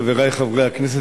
חברי חברי הכנסת,